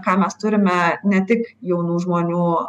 ką mes turime ne tik jaunų žmonių